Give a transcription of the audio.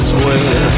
Square